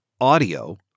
audio